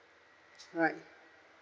right